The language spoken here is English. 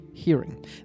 hearing